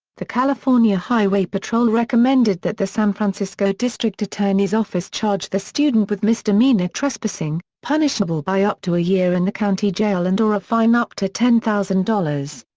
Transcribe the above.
the california highway patrol recommended that the san francisco district attorney's office charge the student with misdemeanor trespassing, punishable by up to a year in the county jail and or a fine up to ten thousand dollars.